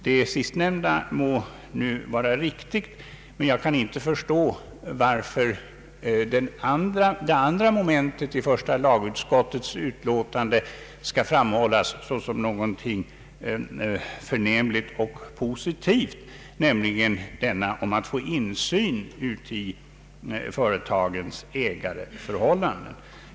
Det sistnämnda må nu vara riktigt, men jag kan inte förstå varför det första momentet i första lagutskottets utlåtande skall framhållas såsom någonting förnämligt och positivt, nämligen detta om att få ökad insyn i företagens ägarförhållanden.